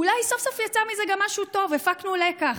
אולי סוף-סוף יצא מזה גם משהו טוב: הפקנו לקח,